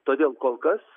todėl kol kas